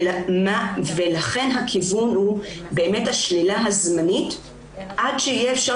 לכן הכיוון הוא השלילה הזמנית עד שיהיה אפשר